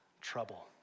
trouble